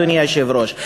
אדוני היושב-ראש.